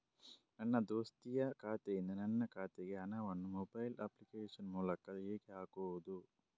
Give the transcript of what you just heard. ನನ್ನ ದೋಸ್ತಿಯ ಖಾತೆಯಿಂದ ನನ್ನ ಖಾತೆಗೆ ಹಣವನ್ನು ಮೊಬೈಲ್ ಅಪ್ಲಿಕೇಶನ್ ಮೂಲಕ ಹೇಗೆ ಹಾಕುವುದು?